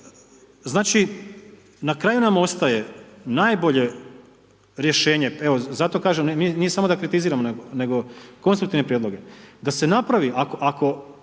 znači na kraju nam ostaje najbolje rješenje, evo zato kažem nije samo da kritiziramo, nego konstruktivni prijedlogi. Da se napravi ako